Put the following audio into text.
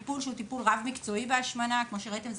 להקים טיפול מקצועי להשמנה, שכפי שראיתם,